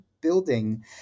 building